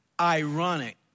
ironic